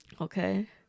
Okay